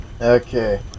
Okay